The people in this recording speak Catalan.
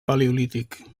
paleolític